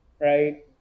Right